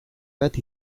bat